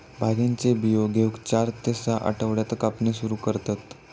भांगेचे बियो घेऊक चार ते सहा आठवड्यातच कापणी सुरू करतत